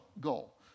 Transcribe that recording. goal